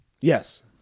Yes